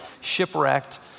shipwrecked